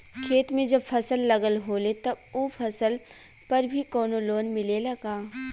खेत में जब फसल लगल होले तब ओ फसल पर भी कौनो लोन मिलेला का?